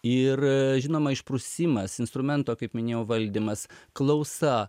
ir žinoma išprusimas instrumento kaip minėjau valdymas klausa